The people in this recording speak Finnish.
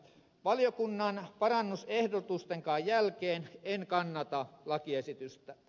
valiokunnan parannusehdotustenkaan jälkeen en kannata lakiesitystä